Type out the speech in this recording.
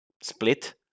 split